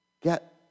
get